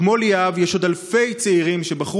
כמו ליאב יש עוד אלפי צעירים שבחרו